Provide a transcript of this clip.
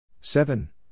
seven